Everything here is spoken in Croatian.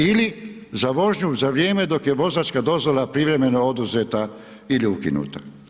Ili za vožnju za vrijeme dok je vozačka dozvola privremeno oduzeta ili ukinuta.